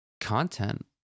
content